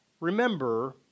Remember